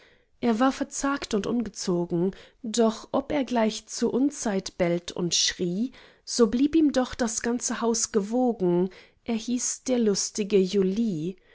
er war verzagt und ungezogen doch ob er gleich zur unzeit bellt und schrie so blieb ihm doch das ganze haus gewogen er hieß der lustige joli